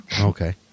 Okay